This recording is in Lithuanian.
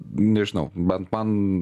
nežinau bent man